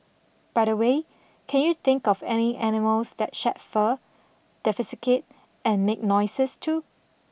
by the way can you think of any animals that shed fur and make noises too